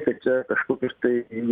kad čia kažkokios tai